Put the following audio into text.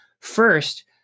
First